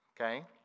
Okay